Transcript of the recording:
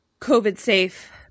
COVID-safe